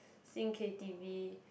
sing K_t_v